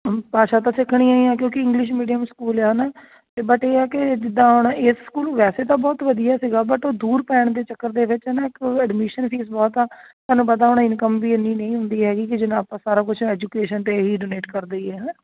ਭਾਸ਼ਾ ਤਾਂ ਸਿੱਖਣੀ ਹੀ ਹੈ ਕਿਉਂਕਿ ਇੰਗਲਿਸ਼ ਮੀਡੀਅਮ ਸਕੂਲ ਹੈ ਨਾ ਅਤੇ ਬਟ ਇਹ ਹੈ ਕਿ ਜਿੱਦਾਂ ਹੁਣ ਇਸ ਸਕੂਲ ਨੂੰ ਵੈਸੇ ਤਾਂ ਬਹੁਤ ਵਧੀਆ ਸੀਗਾ ਬਟ ਉਹ ਦੂਰ ਪੈਣ ਦੇ ਚੱਕਰ ਦੇ ਵਿੱਚ ਨਾ ਇੱਕ ਅਡਮਿਸ਼ਨ ਫੀਸ ਬਹੁਤ ਆ ਤੁਹਾਨੂੰ ਪਤਾ ਹੁਣ ਇਨਕਮ ਵੀ ਇੰਨੀ ਨਹੀਂ ਹੁੰਦੀ ਹੈਗੀ ਕਿ ਜਿੰਨਾ ਆਪਾਂ ਸਾਰਾ ਕੁਛ ਐਜੂਕੇਸ਼ਨ 'ਤੇ ਹੀ ਡੋਨੇਟ ਕਰ ਦਈਏ ਹੈ ਨਾ